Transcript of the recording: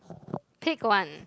pick one